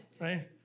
Right